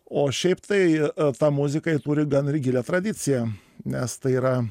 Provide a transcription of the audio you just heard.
o šiaip tai ta muzika ji turi gan gilią tradiciją nes tai yra